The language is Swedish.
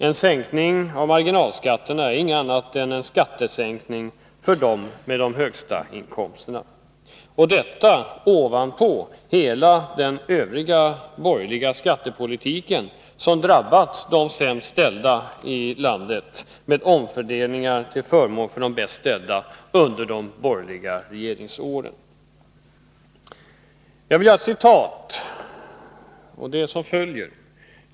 En sänkning av marginalskatterna är inget annat än en skattesänkning för dem som har de högsta inkomsterna. Och detta tillkommer utöver hela skattepolitiken under de borgerliga regeringsåren, som drabbat de sämst ställda i landet med omfördelningar till förmån för de bäst ställda.